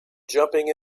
jumping